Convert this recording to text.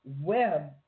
web